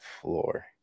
floor